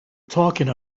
talking